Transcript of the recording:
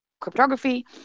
cryptography